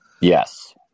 Yes